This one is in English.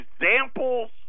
examples